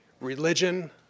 religion